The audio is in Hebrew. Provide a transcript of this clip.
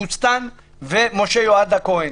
בוסתן ומשה יועד הכהן.